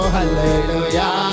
Hallelujah